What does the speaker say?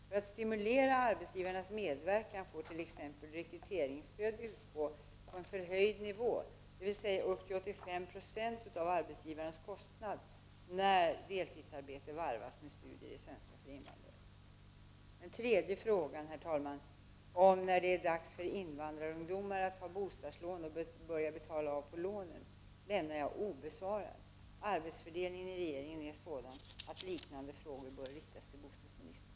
För att stimulera arbetsgivares medverkan får t.ex. rekryteringsstöd utgå på en förhöjd nivå, dvs. upp till 85 90 av arbetsgivarens kostnader, när deltidsarbete varvas med studier i svenska för invandrare. Den tredje frågan, herr talman, om när det är dags för invandrarungdomar att ta bostadslån och börja betala av på lånet, lämnar jag obesvarad. Arbetsfördelningen i regeringen är sådan att liknande frågor bör riktas till bostadsministern.